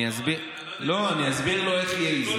אני לא יודע אם אתה יודע,